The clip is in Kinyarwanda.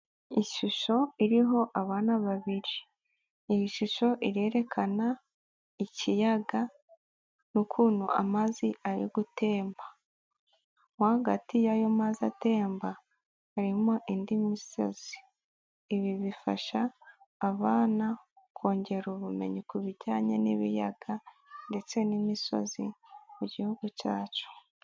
Ishusho iriho abana babiri, iri shusho irerekana ikiyaga r'ukuntu amazi ari gutemba, mo hagati y'ayo mazi ari gutemba harimo indi misozi, ibi bifasha abana kongera ubumenyi ku bijyanye n'ibiyaga ndetse n'imisozi mu gihugu cyacu.